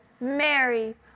Mary